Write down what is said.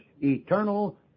eternal